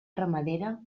ramadera